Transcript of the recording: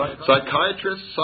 Psychiatrists